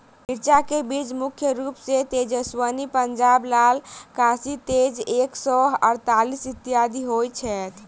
मिर्चा केँ बीज मुख्य रूप सँ तेजस्वनी, पंजाब लाल, काशी तेज एक सै अड़तालीस, इत्यादि होए छैथ?